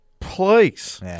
Please